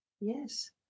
Yes